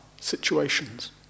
situations